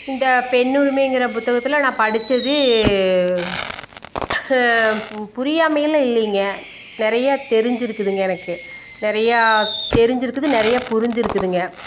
இந்த பெண்ணுரிமைங்கின்ற புத்தகத்தில் நான் படித்தது புரியாமையலாம் இல்லைங்க நிறையா தெரிஞ்சுருக்குதுங்க எனக்கு நிறையா தெரிஞ்சுருக்குது நிறையா புரிஞ்சுருக்குதுங்க